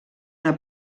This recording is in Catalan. una